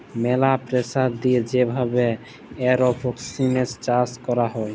ম্যালা প্রেসার দিয়ে যে ভাবে এরওপনিক্স দিয়ে চাষ ক্যরা হ্যয়